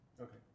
Okay